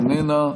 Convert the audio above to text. איננה,